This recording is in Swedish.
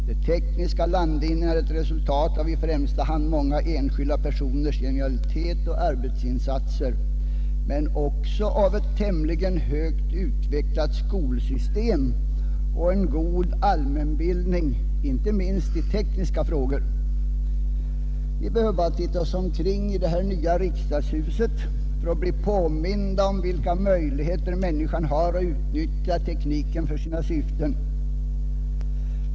De tekniska landvinningarna är ett resultat av i främsta hand många enskilda personers genialitet och arbetsinsatser men också av ett tämligen högt utvecklat skolsystem och en god allmänbildning, inte minst i tekniska frågor. Vi behöver bara se oss omkring i detta nya riksdagshus för att bli påminda om vilka möjligheter människan har att utnyttja tekniken för sina syften.